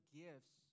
gifts